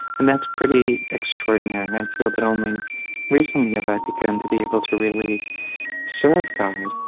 and that's pretty extraordinary. i feel that only recently have i begun to be able to really serve god.